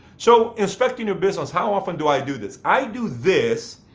so, inspecting your business how often do i do this? i do this,